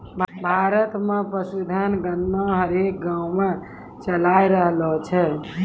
भारत मे पशुधन गणना हरेक गाँवो मे चालाय रहलो छै